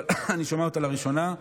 אני שומע אותה לראשונה.